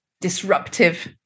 disruptive